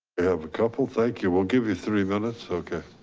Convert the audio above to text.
have a couple, thank you. we'll give you three minutes okay.